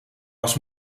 was